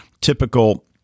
typical